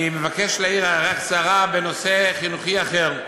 אני מבקש להעיר הערה קצרה בנושא חינוכי אחר,